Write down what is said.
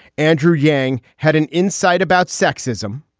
andrew yang had an insight about sexism,